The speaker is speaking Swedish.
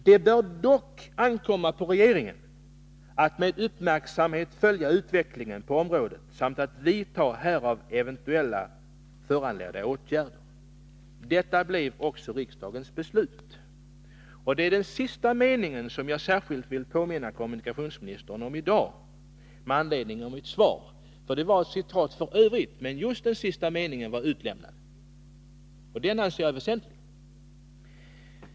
Det bör dock ankomma på regeringen att med uppmärksamhet följa utvecklingen på området samt vidta härav eventuellt föranledda åtgärder.” Det är den sista meningen som jag särskilt vill påminna kommunikationsministern om i dag med anledning av hans svar till mig. Just den sista meningen var nämligen utelämnad, och den anser jag vara väsentlig.